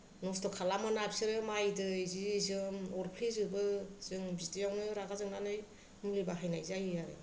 नस्त' खालामो ना बिसोरो माइ दै जि जोम अरफ्लेजोबो जों बिदियावनो रागा जोंनानै मुलि बाहायनाय जायो आरो